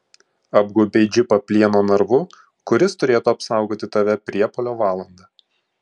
apgaubei džipą plieno narvu kuris turėtų apsaugoti tave priepuolio valandą